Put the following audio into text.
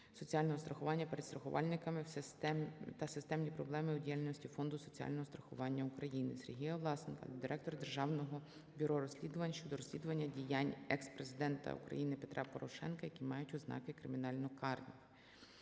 соціального страхування перед страхувальниками та системні проблеми у діяльності Фонду соціального страхування України. Сергія Власенка до Директора Державного бюро розслідувань щодо розслідування діянь екс-президента України Петра Порошенка, які мають ознаки кримінально караних.